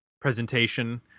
presentation